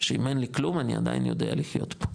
שאם אין לי כלום, אני עדיין יודע לחיות פה.